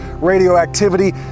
radioactivity